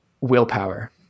willpower